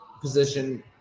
position